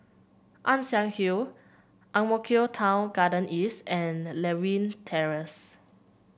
Ann Siang Hill Ang Mo Kio Town Garden East and Lewin Terrace